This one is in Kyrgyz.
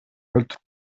өлтүрүп